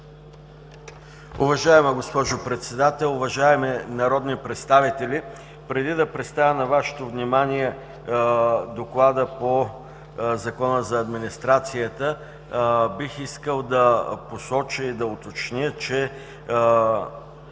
Уважаема госпожо Председател, уважаеми народни представители! Преди да представя на Вашето внимание Доклада по Закона за администрацията, бих искал да посоча и да уточня, че